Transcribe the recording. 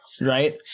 Right